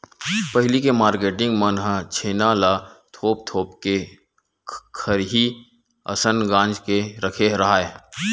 पहिली के मारकेटिंग मन ह छेना ल थोप थोप के खरही असन गांज के रखे राहय